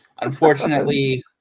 Unfortunately